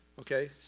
Okay